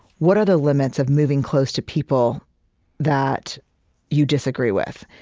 what are the limits of moving close to people that you disagree with?